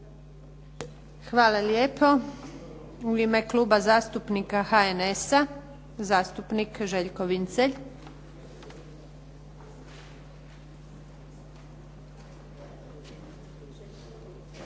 Hvala lijepo. U ime Kluba zastupnika HNS-a, zastupnik Željko Vincelj.